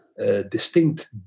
distinct